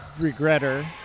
Regretter